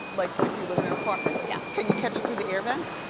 like if you live in an apartment. yeah. can you catch the through the air vent?